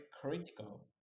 critical